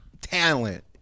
talent